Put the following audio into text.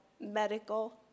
medical